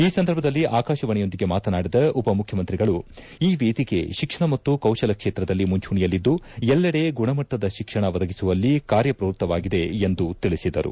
ಈ ಸಂದರ್ಭದಲ್ಲಿ ಆಕಾಶವಾಣಿಯೊಂದಿಗೆ ಮಾತನಾಡಿದ ಉಪಮುಖ್ಯಮಂತ್ರಿಗಳು ಈ ವೇದಿಕೆ ಶಿಕ್ಷಣ ಮತ್ತು ಕೌಶಲ ಕ್ಷೇತ್ರದಲ್ಲಿ ಮುಂಚೂಣಿಯಲ್ಲಿದ್ದು ಎಲ್ಲದೆ ಗುಣಮಟ್ಟದ ಶಿಕ್ಷಣ ಒದಗಿಸುವಲ್ಲಿ ಕಾರ್ಯಪ್ರವೃತ್ತವಾಗಿದೆ ಎಂದು ತಿಳಿಸಿದರು